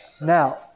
Now